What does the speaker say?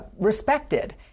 respected